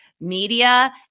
media